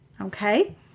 Okay